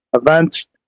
event